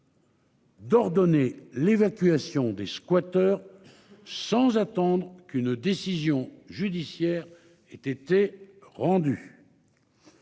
D'ordonner l'évacuation des squatters sans attendre qu'une décision judiciaire était. Rendu.